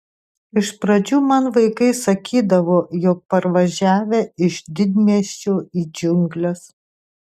iš pradžių man vaikai sakydavo jog parvažiavę iš didmiesčio į džiungles